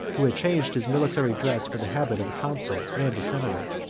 who had changed his military dress for the habit of a consul and a senator.